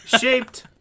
shaped